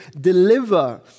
deliver